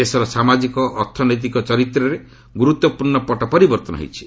ଦେଶର ସାମାଜିକ ଅର୍ଥନୈତିକ ଚରିତ୍ରରେ ଗୁରୁତ୍ୱପୂର୍ଣ୍ଣ ପଟ ପରିବର୍ତ୍ତନ ହୋଇଛି